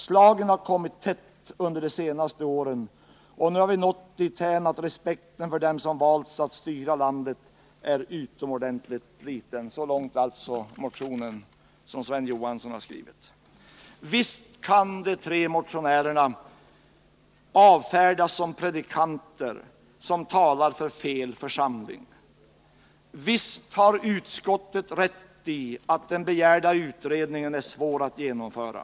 Slagen har kommit tätt under de senaste åren, och nu har vi nått dithän att respekten för dem som valts att styra landet är utomordentligt liten.” Visst kan motionärerna avfärdas med motiveringen att de uppträder som predikanter som talar inför fel församling. Visst har utskottet rätt i att den begärda utredningen är svår att genomföra.